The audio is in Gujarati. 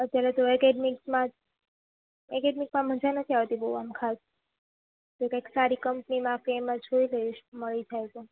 અત્યારે તો એકેડેમિક્સમાં એકેડેમિક્સમાં મજા નથી આવતી બોઉ આમ ખાસ જો કાઈક સારી કંપનીમાં કે એમાં જોઈ લઈસ મળી જાય તો